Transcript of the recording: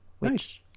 Nice